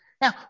Now